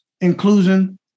inclusion